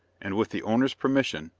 and, with the owner's permission,